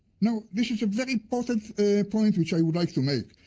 now this is a very important point which i would like to make.